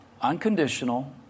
unconditional